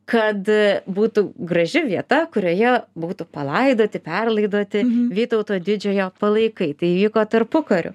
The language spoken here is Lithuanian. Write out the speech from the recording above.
kad būtų graži vieta kurioje būtų palaidoti perlaidoti vytauto didžiojo palaikai tai įvyko tarpukariu